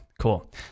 cool